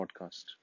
podcast